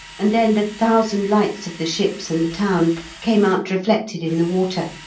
and then the thousand lights of the ships and the town came out reflected in the water,